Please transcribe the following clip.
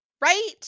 Right